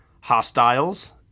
Hostiles